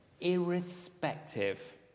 Irrespective